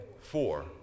four